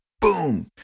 boom